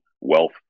wealth